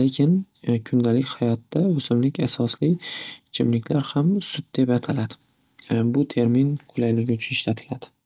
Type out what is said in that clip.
Lekin kundalik hayotda o'simlik asosli ichiimliklar ham sut deb ataladi. Bu termin qulaylik uchun ishlatiladi.